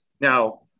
Now